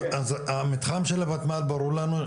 אז המתחם של הוותמ"ל ברור לנו,